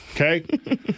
Okay